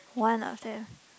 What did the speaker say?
one of them